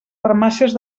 farmàcies